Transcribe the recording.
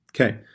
Okay